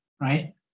right